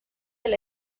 del